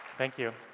thank you.